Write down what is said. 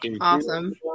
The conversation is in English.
Awesome